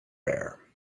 bear